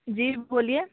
जी बोलिए